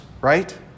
right